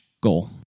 goal